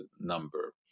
number